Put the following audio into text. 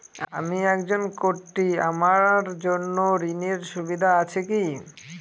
আমি একজন কট্টি আমার জন্য ঋণের সুবিধা আছে কি?